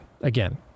again